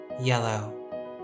Yellow